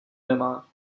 nemá